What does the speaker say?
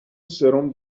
سرم